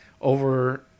Over